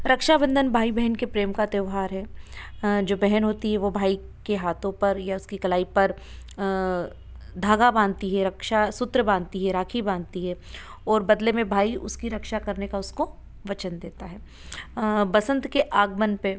रक्षा बंधन भाई बहन के प्रेम का त्योहार है जो बहन होती है वो भाई के हाथों पर या उसकी कलाई पर धागा बाँधती है रक्षा सूत्र बाँधती है राखी बाँधती है और बदले में भाई उसकी रक्षा करने का उसको वचन देता है बसंत के आगमन पे